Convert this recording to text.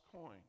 coin